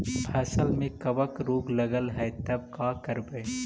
फसल में कबक रोग लगल है तब का करबै